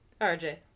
RJ